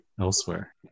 elsewhere